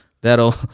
that'll